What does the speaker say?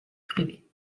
privée